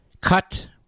Cut